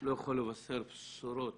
לא יכול לבשר בשורות